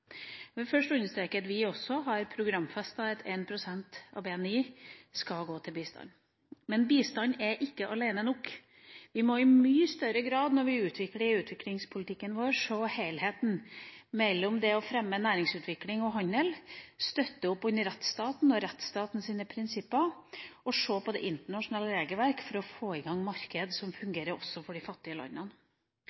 Jeg vil først understreke at også vi har programfestet at 1 pst. av BNI skal gå til bistand. Men bistand alene er ikke nok. Når vi utvikler utviklingspolitikken vår, må vi i mye større grad se helheten mellom det å fremme næringsutvikling og handel, støtte opp om rettsstaten og rettsstatens prinsipper, og se på det internasjonale rammeverket for å få i gang marked som